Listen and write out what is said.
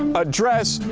address,